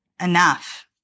enough